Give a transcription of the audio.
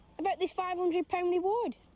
about this five hundred pound reward.